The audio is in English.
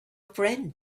friend